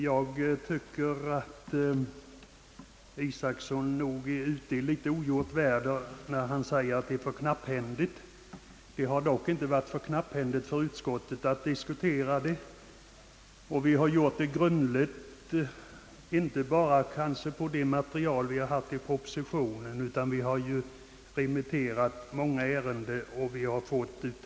Jag tycker att herr Isacson nog är ute i ogjort väder när han säger att det är så knapphändigt skrivet. Det har dock inte varit för kapphändigt för utskottet. Vi har diskuterat ärendet grundligt, inte bara på materialet i propositionen utan också på remissvar i många punkter.